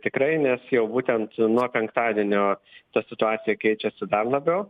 tikrai nes jau būtent nuo penktadienio ta situacija keičiasi dar labiau